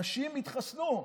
אנשים התחסנו.